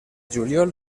juliol